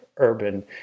urban